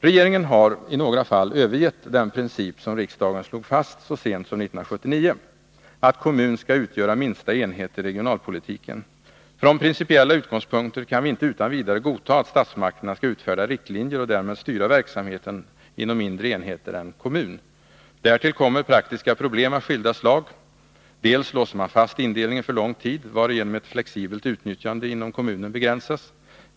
Regeringen har i några fall övergett den princip som riksdagen slog fast så sent som 1979, att kommun skall utgöra minsta enhet i regionalpolitiken. Från principiella utgångspunkter kan vi inte utan vidare godta att statsmakterna skall utfärda riktlinjer och därmed styra verksamheten inom mindre enheter än kommun. Därtill kommer praktiska problem av skilda slag. Till att börja med låser man fast indelningen för lång tid, varigenom ett flexibelt utnyttjande inom kommunen begränsas.